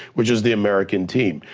which is the american team.